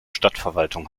stadtverwaltung